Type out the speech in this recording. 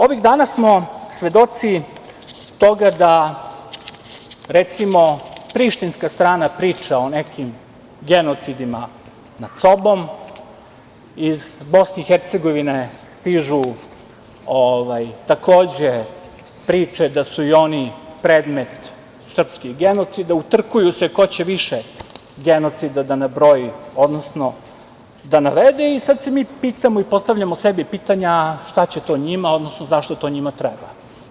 Ovih dana smo svedoci toga da recimo prištinska strana priča o nekim genocidima nad sobom, iz BiH stižu takođe priče da su i oni predmet srpskih genocida, utrkuju se ko će više genocida da nabroji, odnosno da navede i sad se mi pitamo i postavljamo sebi pitanja, a šta će to njima, odnosno zašto to njima treba?